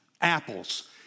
apples